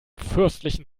fürstlichen